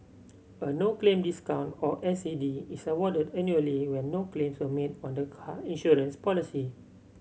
a no claim discount or N C D is awarded annually when no claims were made on the car insurance policy